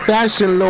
Fashion